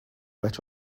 patch